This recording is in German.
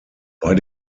bei